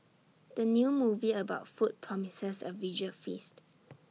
the new movie about food promises A visual feast